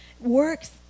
works